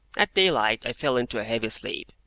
at daylight i fell into a heavy sleep,